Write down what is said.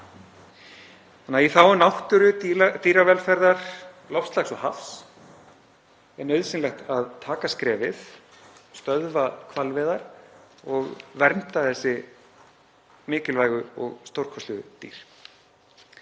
vel. Í þágu náttúru, dýravelferðar, loftslags og hafs er nauðsynlegt að taka skrefið, stöðva hvalveiðar og vernda þessi mikilvægu og stórkostlegu dýr.